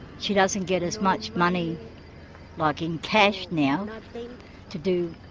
she doesn't get as much money like in cash now to do.